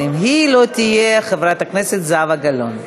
ואם היא לא תהיה, חברת הכנסת זהבה גלאון.